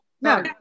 no